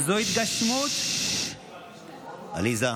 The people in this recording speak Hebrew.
זו התגשמות, עליזה,